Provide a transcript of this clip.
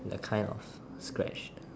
they are kind of scratched